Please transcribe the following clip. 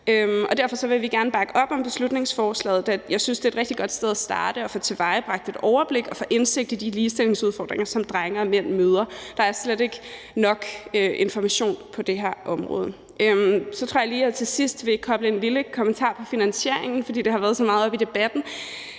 derfor vil vi gerne bakke op om beslutningsforslaget. Jeg synes, det er et rigtig godt sted at starte at få tilvejebragt et overblik og få indsigt i de ligestillingsudfordringer, som drenge og mænd møder. Der er slet ikke nok information på det område. Så tror jeg lige, at jeg vil knytte en lille kommentar til finansieringen, fordi det har været så meget oppe i debatten.